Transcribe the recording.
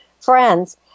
friends